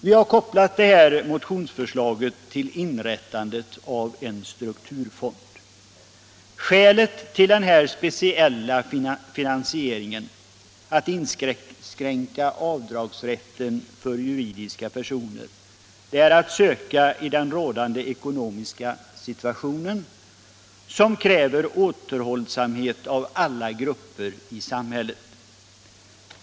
Vi har kopplat det här motionsförslaget till inrättandet av en strukturfond. Skälet till den här speciella finansieringen, att inskränka avdragsrätten för juridiska personer, är att söka i den rådande ekonomiska situationen, som kräver återhållsamhet av alla grupper i samhället.